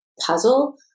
puzzle